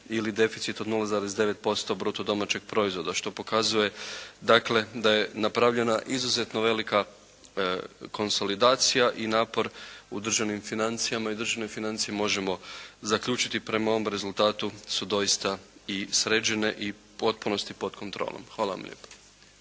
ili deficit od 0,9% bruto domaćeg proizvoda što pokazuje dakle da je napravljena izuzetno velika konsolidacija i napor u državnim financijama i državne financije možemo zaključiti. Prema ovom rezultatu su doista i sređene i u potpunosti pod kontrolom. Hvala vam lijepa.